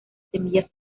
semillas